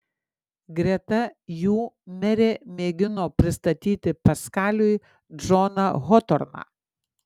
greta jų merė mėgino pristatyti paskaliui džoną hotorną